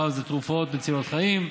פעם זה תרופות מצילות חיים,